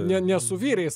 ne ne su vyrais